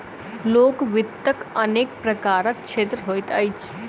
लोक वित्तक अनेक प्रकारक क्षेत्र होइत अछि